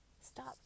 Stop